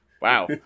Wow